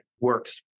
works